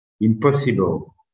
Impossible